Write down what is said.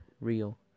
real